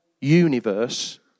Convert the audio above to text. universe